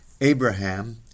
Abraham